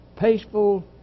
peaceful